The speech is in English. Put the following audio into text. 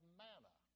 manna